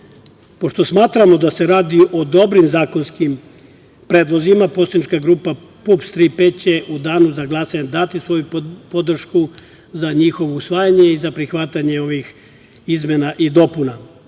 misli. Pošto smatramo da se radi o dobrim zakonskim predlozima, poslanička grupa PUPS-3P će u danu za glasanje dati svoju podršku za njihovo usvajanje i za prihvatanje ovih izmena i dopuna.